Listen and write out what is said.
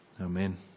Amen